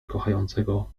kochającego